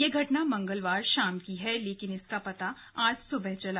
यह घटना मंगलवार शाम की है लेकिन इसका पता आज सुबह चला